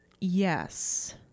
Yes